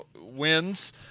wins